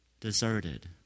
deserted